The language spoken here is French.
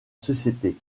société